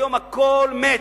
היום הכול מת.